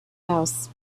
house